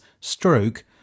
stroke